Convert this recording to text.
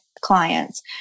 clients